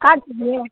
car चहिए